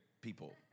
people